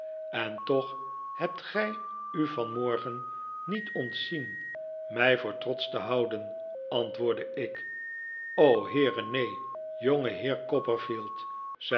en toch hebt gij u vanmorgen niet ontzien mij voor trotsch te houden antwoordde ik heere neen